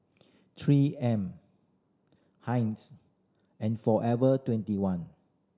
Three M Heinz and Forever Twenty one